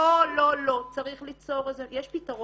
לא, יש פתרון.